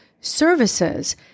services